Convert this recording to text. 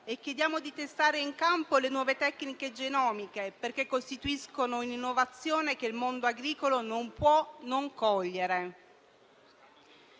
Chiediamo di testare in campo le nuove tecniche genomiche, perché costituiscono un'innovazione che il mondo agricolo non può non cogliere.